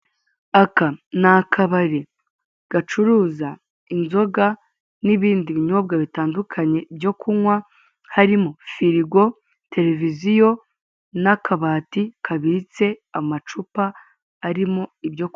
Aka nI akabari gacuruza inzoga n'ibindi binyobwa bitandukanye byo kunywa, harimo firigo, televiziyo n'akabati kabitse amacupa arimo ibyo kunywa.